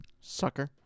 Sucker